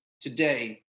today